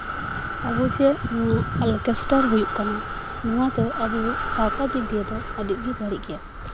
ᱟᱵᱚ ᱪᱮᱫ ᱱᱚᱣᱟ ᱚᱨᱠᱮᱥᱴᱟᱨ ᱦᱩᱭᱩᱜ ᱠᱟᱱᱟ ᱱᱚᱣᱟ ᱫᱚ ᱟᱵᱚ ᱥᱟᱶᱛᱟ ᱫᱤᱠ ᱫᱤᱭᱮ ᱫᱚ ᱟᱹᱰᱤᱜᱮ ᱵᱟᱹᱲᱤᱡᱽ ᱜᱮᱭᱟ